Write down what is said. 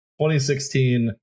2016